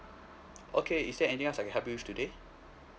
okay is there anything else I can help you with today